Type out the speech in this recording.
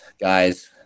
guys